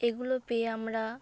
এগুলো পেয়ে আমরা